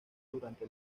durante